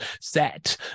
set